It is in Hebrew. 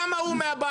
כמה הוא מהבעלות?